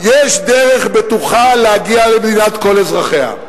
יש דרך בטוחה להגיע למדינת כל אזרחיה,